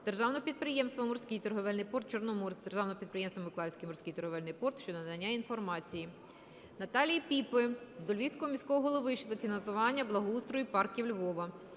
Державного підприємства "Морський торговельний порт "Чорноморськ", Державного підприємства “Миколаївський морський торговельний порт" щодо надання інформації. Наталії Піпи до Львівського міського голови щодо фінансування благоустрою парків Львова.